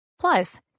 Plus